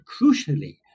crucially